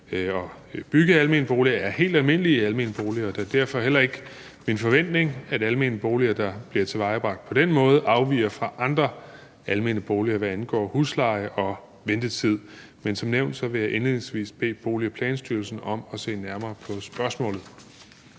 bygge almene boliger er helt almindelige almene boliger, og det er derfor heller ikke min forventning, at almene boliger, der bliver tilvejebragt på den måde, afviger fra andre almene boliger, hvad angår husleje og ventetid. Men som nævnt vil jeg indledningsvis bede Bolig- og Planstyrelsen om at se nærmere på spørgsmålet.